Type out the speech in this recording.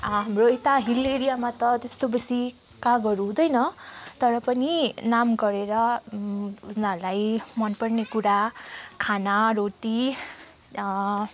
हाम्रो यता हिल एरियामा त त्यस्तो बेसी कागहरू हुँदैन तर पनि नाम गरेर उनीहरूलाई मनपर्ने कुरा खाना रोटी